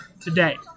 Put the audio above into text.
today